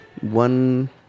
one